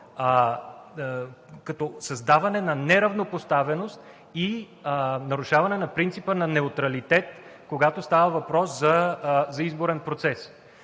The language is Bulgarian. като създаване на неравнопоставеност и нарушаване на принципа за неутралитет, когато става въпрос за изборен процес.